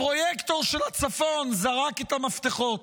הפרויקטור של הצפון זרק את המפתחות.